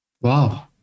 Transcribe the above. Wow